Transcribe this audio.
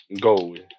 Gold